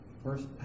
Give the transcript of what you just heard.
First